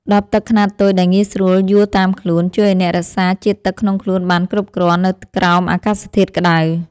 ដបទឹកខ្នាតតូចដែលងាយស្រួលយួរតាមខ្លួន ជួយឱ្យអ្នករក្សាជាតិទឹកក្នុងខ្លួនបានគ្រប់គ្រាន់នៅក្រោមអាកាសធាតុក្ដៅ។